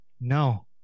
No